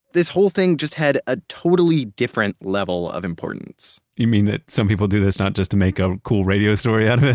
this whole thing just had a totally different level of importance you mean that some people do this not just to make a cool radio story out of it?